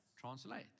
Translate